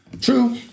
True